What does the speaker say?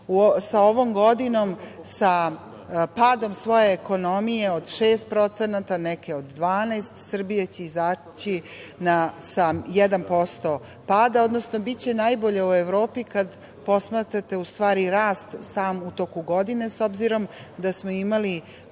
sa ovom godinom sa padom svoje ekonomije od 6%, neke od 12%. Srbija će izaći sa 1% pada, odnosno biće najbolja u Evropi kad posmatrate u stvari rast sam u toku godine, s obzirom da smo imali